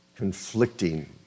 conflicting